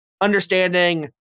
understanding